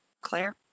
Claire